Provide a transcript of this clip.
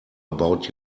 about